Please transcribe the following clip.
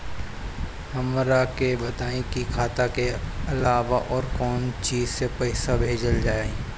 हमरा के बताई की खाता के अलावा और कौन चीज से पइसा भेजल जाई?